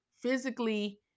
physically